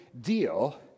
deal